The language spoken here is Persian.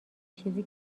چیزی